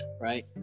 right